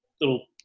little